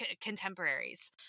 contemporaries